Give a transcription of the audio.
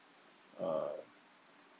uh